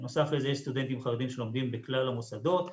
בנוסף לזה יש סטודנטים חרדים שלומדים בכלל המוסדות,